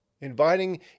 inviting